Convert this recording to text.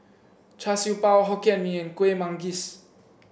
Char Siew Bao Hokkien Mee and Kueh Manggis